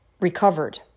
recovered